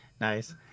Nice